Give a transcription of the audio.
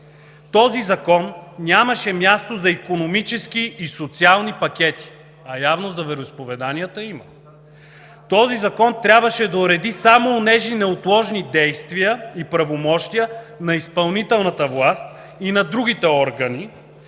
този закон нямаше място за икономически и социални пакети – а явно за вероизповеданията има. Този закон трябваше да уреди само онези неотложни действия и правомощия на изпълнителната власт и на другите органи,